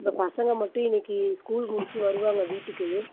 இந்த பசங்கள் மட்டும் இன்றைக்கி ஸ்கூல் முடிச்சு வருவாங்க வீட்டுக்கு